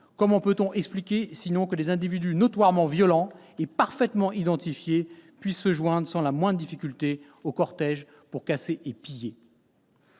Comment peut-on expliquer, sans cela, que des individus notoirement violents et parfaitement identifiés puissent, sans la moindre difficulté, se joindre aux cortèges pour casser et piller ?